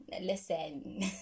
listen